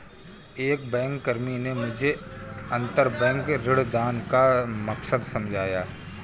एक बैंककर्मी ने मुझे अंतरबैंक ऋणदान का मकसद समझाया